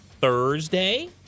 Thursday